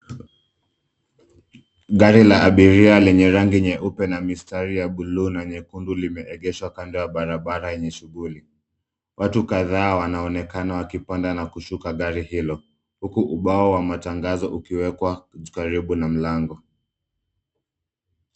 Gari la abiria lenye rangi nyeupe na mistari ya bluu na nyekundu limeegeshwa kando ya barabara yenye shughuli. Watu kadhaa wanaonekana wakipanda na kushuka gari hilo. Huku ubao wa matangazo ukiwekwa karibu na mlango.